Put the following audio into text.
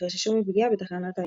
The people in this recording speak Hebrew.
שחששו מפגיעה בתחנת האם.